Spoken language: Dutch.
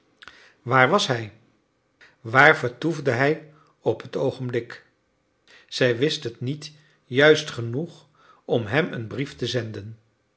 waar was hij waar vertoefde hij op het oogenblik zij wist het niet juist genoeg om hem een brief te zenden